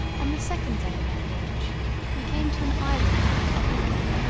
on the second day of our voyage we came to an island called obbico,